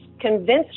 convinced